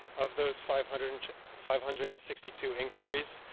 of those five hundred and five hundred and sixty two inquiries,